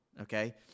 okay